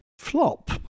flop